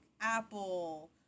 Apple